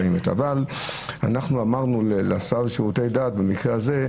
אבל אמרנו לשר לשירותי דת במקרה הזה,